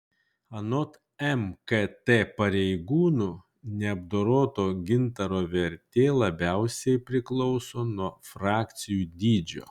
anot mkt pareigūnų neapdoroto gintaro vertė labiausiai priklauso nuo frakcijų dydžio